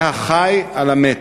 זה הח"י על המת,